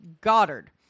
Goddard